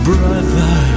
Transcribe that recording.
Brother